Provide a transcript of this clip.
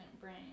brain